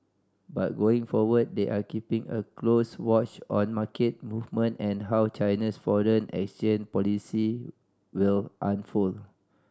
but going forward they are keeping a close watch on market movement and how China's foreign exchange policy will unfold